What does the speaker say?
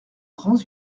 grands